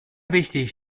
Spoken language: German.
wichtig